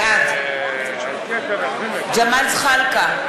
בעד ג'מאל זחאלקה,